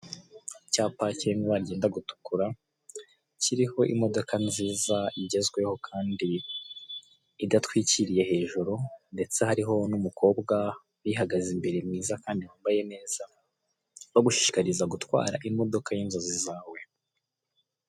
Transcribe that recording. Icyapa kiri mwibara ryenda gutukura kiriho imodoka nziza igezweho kandi idatwikiriye hejuru ndetse hariho numukobwa uyihagaze imbere mwiza kandi wambaye neza bagushishikariza gutwara imodoka yinzozi zawe.